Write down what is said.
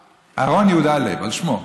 אהרן יהודה לייב, על שמו.